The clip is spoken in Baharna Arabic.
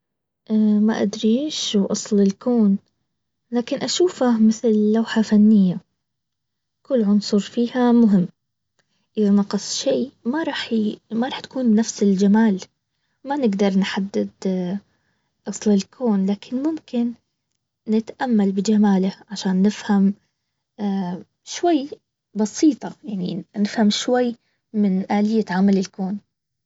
ما ادري ايش واصل الكون. لكن اشوفه مثل لوحة فنية. كل عنصر فيها مهم. اذا نقص شيء ما راح ما راح تكون نفس الجمال. ما نقدر نحدد اصل الكون لكن ممكن نتأمل بجماله عشان نفهم شوي بسيطة يعني نفهم شوي من الية عمل الكون